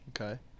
Okay